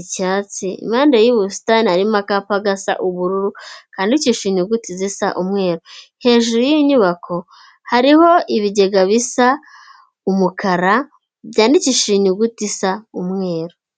icyatsi, impande y'ubu busitani harimo akapa gasa ubururu kandikishije inyuguti zisa umweru, hejuru y'iyi nyubako hariho ibigega bisa umukara byandikishije inyuguti isa umweru.